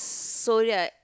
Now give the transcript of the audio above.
so ya